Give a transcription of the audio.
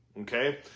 okay